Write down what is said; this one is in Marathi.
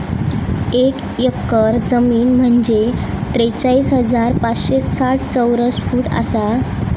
एक एकर जमीन म्हंजे त्रेचाळीस हजार पाचशे साठ चौरस फूट आसा